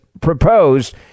proposed